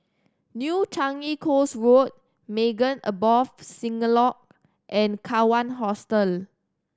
New Changi Coast Road Maghain Aboth Synagogue and Kawan Hostel